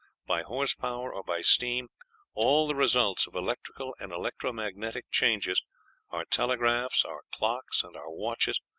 by horse-power or by steam all the results of electrical and electro-magnetic changes our telegraphs, our clocks, and our watches,